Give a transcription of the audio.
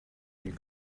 you